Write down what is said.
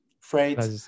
freight